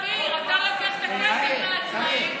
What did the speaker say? אביר, אתה לוקח כסף מעצמאים,